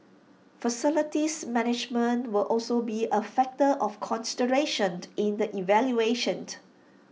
facilities management will also be A factor of consideration in the evaluation